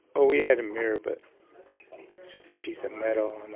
well, we had a mirror but it's just a piece of metal in the